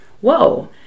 whoa